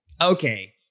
Okay